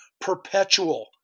perpetual